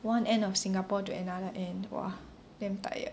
one end of Singapore to another end !wah! damn tired